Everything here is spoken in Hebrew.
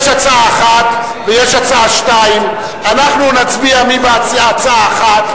יש הצעה 1 ויש הצעה 2. אנחנו נצביע מי בעד הצעה 1,